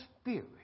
spirit